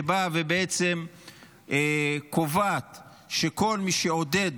שבאה ובעצם קובעת שכל מי שעודד,